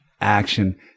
action